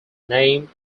name